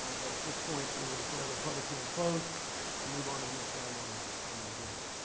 but at this point, we will declare the public hearing closed and move on to the next item on the on the agenda,